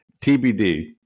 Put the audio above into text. TBD